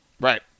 right